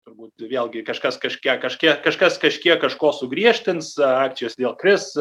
turbūt vėlgi kažkas kažkiek kažkiek kažkas kažkiek kažko sugriežtins akcijos vėl kris